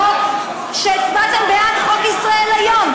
לחוק, שהצבעתם בעד חוק ישראל היום.